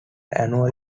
annually